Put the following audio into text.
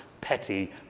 petty